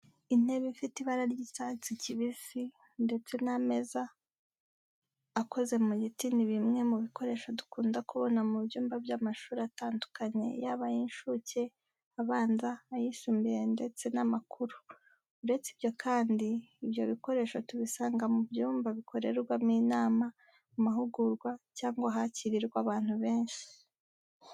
Intebe ifite ibara ry'icyatsi kibisi ndetse n'ameza gakoze mu giti ni bimwe mu bikoresho dukunda kubona mu byumba by'amashuri atandukanye yaba ay'incuke, abanza, ayisumbuye ndetse n'amakuru. Uretse ibyo kandi, ibyo bikoresho tubisanga mu byumba bikorerwamo inama, amahugurwa cyangwa ahakirirwa abantu benshi.